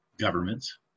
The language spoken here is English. governments